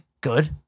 Good